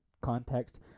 context